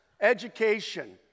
education